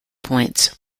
points